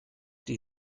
die